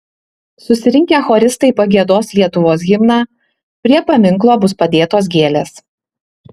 susirinkę choristai pagiedos lietuvos himną prie paminklo bus padėtos gėlės